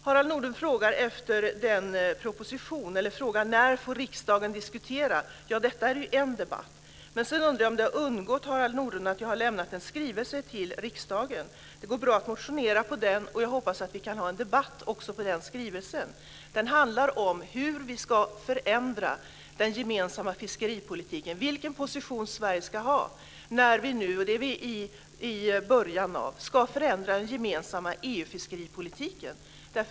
Harald Nordlund frågar när riksdagen får diskutera detta. Ja, detta är ju en debatt. Sedan undrar jag om det har undgått Harald Nordlund att jag har lämnat en skrivelse till riksdagen. Det går bra att motionera med anledning av den, och jag hoppas att vi också kan ha en debatt med utgångspunkt i den skrivelsen. Den handlar om hur vi ska förändra den gemensamma fiskeripolitiken, vilken position Sverige ska ha när vi nu, och det är vi i början av, ska förändra den gemensamma EU-fiskeripolitiken.